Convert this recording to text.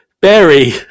Berry